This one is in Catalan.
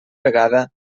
vegada